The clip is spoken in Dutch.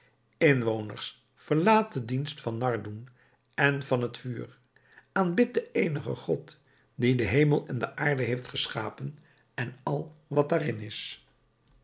inwoners verlaat de dienst van nardoun en van het vuur aanbidt den eenigen god die den hemel en de aarde heeft geschapen en al wat daar in is